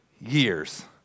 years